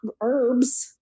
herbs